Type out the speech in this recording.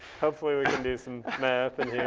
hopefully we can do some math in here.